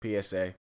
PSA